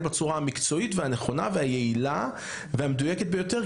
בצורה המקצועית והנכונה והיעילה והמדויקת ביותר,